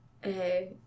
Hey